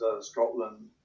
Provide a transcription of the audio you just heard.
Scotland